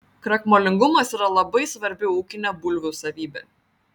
krakmolingumas yra labai svarbi ūkinė bulvių savybė